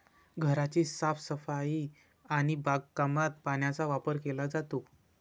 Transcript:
घराची साफसफाई आणि बागकामात पाण्याचा वापर केला जातो